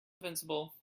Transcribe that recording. invincible